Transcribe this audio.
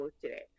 today